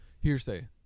hearsay